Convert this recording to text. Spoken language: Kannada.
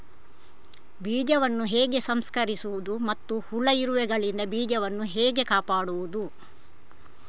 ಬೀಜವನ್ನು ಹೇಗೆ ಸಂಸ್ಕರಿಸುವುದು ಮತ್ತು ಹುಳ, ಇರುವೆಗಳಿಂದ ಬೀಜವನ್ನು ಹೇಗೆ ಕಾಪಾಡುವುದು?